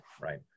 right